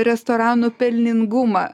restoranų pelningumą